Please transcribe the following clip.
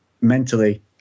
mentally